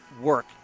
work